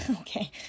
okay